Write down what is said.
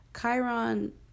Chiron